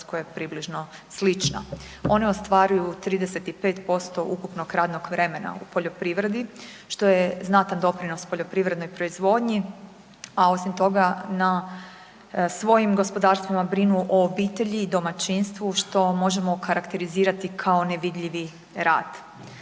je približna slična. One ostvaruju 35% ukupnog radnog vremena u poljoprivredi, što je znatan doprinos poljoprivrednoj proizvodnji a osim toga na svojim gospodarstvima brinu o obitelji i domaćinstvu što možemo okarakterizirati kao nevidljivi rad.